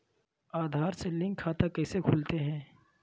आधार से लिंक खाता कैसे खुलते?